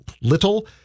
little